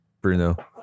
Bruno